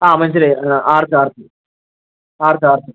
ആ മനസ്സിലായി ആ ആർച്ച് ആർച്ച് ആർച്ച് ആർച്ച്